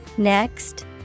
Next